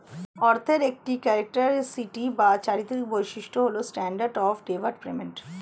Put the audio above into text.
অর্থের একটি ক্যারেক্টারিস্টিক বা চারিত্রিক বৈশিষ্ট্য হল স্ট্যান্ডার্ড অফ ডেফার্ড পেমেন্ট